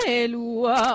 elua